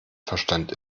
verstand